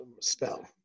spell